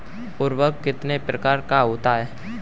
उर्वरक कितने प्रकार का होता है?